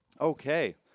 Okay